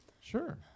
Sure